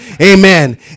Amen